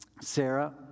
Sarah